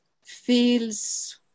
feels